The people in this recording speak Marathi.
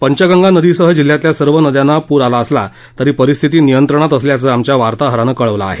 पंचगंगा नदीसह जिल्ह्यातल्या सर्व नद्यांना पूर आला असला तरी परिस्थिती नियंत्रणात असल्याचं आमच्या वार्ताहरानं कळवलं आहे